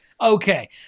Okay